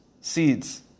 seeds